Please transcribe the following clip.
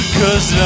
cause